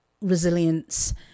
resilience